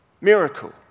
Miracle